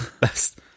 Best